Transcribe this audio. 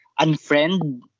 unfriend